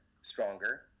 stronger